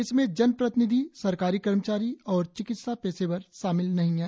इनमें जनप्रतिनिधि सरकारी कर्मचारी और चिकित्सा पेशेवर शामिल नहीं हैं